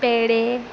पेडे